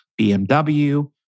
BMW